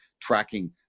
tracking